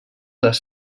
les